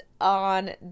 on